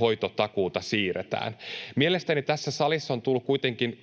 hoitotakuuta siirretään. Mielestäni tässä salissa on tullut kuitenkin